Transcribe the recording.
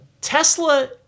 Tesla